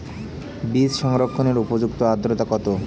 বীজ সংরক্ষণের উপযুক্ত আদ্রতা কত?